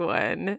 one